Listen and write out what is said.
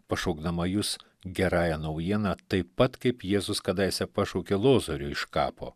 pašaukdama jus gerąja naujiena taip pat kaip jėzus kadaise pašaukė lozorių iš kapo